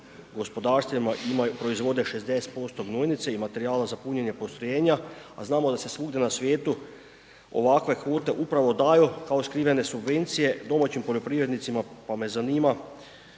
gospodarstvima proizvode 60% gnojnice i materijala za punjenje postrojenja, a znamo da se svugdje na svijetu ovakve kvote upravo daju kao skrivene subvencije domaćim poljoprivrednicima pa me zanima,